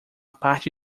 parte